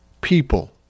people